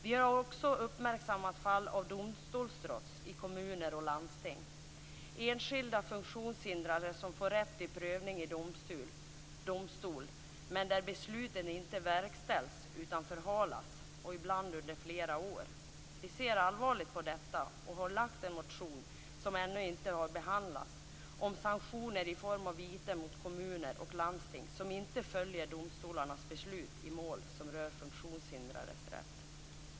Vi har också uppmärksammat fall av domstolstrots i kommuner och landsting. Enskilda funktionshindrade får rätt i prövning i domstol, men besluten verkställs inte utan förhalas, ibland under flera år. Vi ser allvarligt på detta och har lagt fram en motion som ännu inte har behandlats om sanktioner i form av vite mot kommuner och landsting som inte följer domstolarnas beslut i mål som rör funktionshindrades rätt.